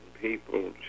people